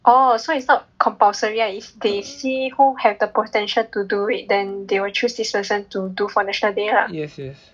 oh so it's not compulsory lah is they see who have the potential to do it then they will choose this person to do for national day lah